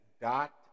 dot